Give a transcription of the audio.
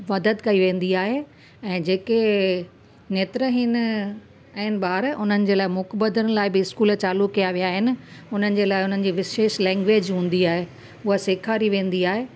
मदद कई वेंदी आहे ऐं जेके नेत्रहीन आहिनि ॿार उन्हनि जे लाइ मूक बधीरन लाइ बि स्कूल चालू किया वया आहिनि हुननि जे लाइ उनखे विशेष लैंग्वेज हूंदी आहे उहा सेखारी वेंदी आहे